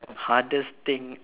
hardest thing um